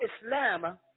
Islam